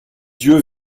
yeux